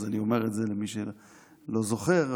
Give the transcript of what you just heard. אז אני אומר למי שלא זוכר,